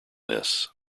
this